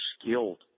skilled